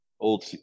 old